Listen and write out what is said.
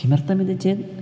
किमर्थमिति चेत्